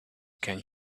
can